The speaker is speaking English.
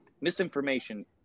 misinformation